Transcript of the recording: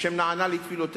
ה' נענה לתפילותינו